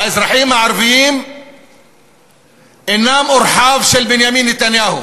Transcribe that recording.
האזרחים הערבים אינם אורחיו של בנימין נתניהו